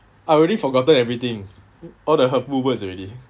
I already forgotten everything all the hurtful words already